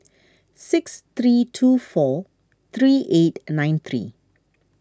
six three two four three eight nine three